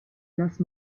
lost